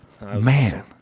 man